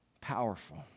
Powerful